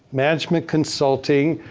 management consulting,